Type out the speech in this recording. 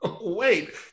Wait